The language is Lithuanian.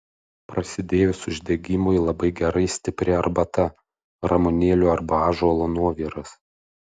prasidėjus uždegimui labai gerai stipri arbata ramunėlių arba ąžuolo nuoviras